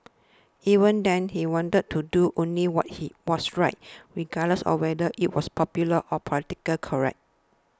even then he wanted to do only what he was right regardless of whether it was popular or politically correct